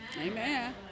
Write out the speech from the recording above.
Amen